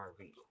RV